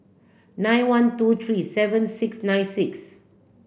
nine one two three seven six nine six